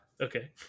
Okay